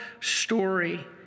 story